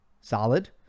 Solid